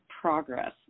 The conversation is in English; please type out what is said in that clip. progress